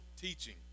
teaching